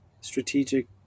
strategic